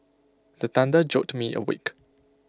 the thunder jolt me awake